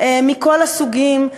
מכל הסוגים,